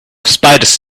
spiders